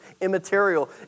immaterial